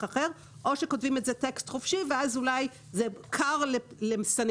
אחר או שכותבים איזה טקסט חופשי ואז אולי זה כר לסנגורים